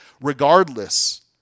Regardless